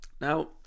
Now